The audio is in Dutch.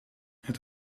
het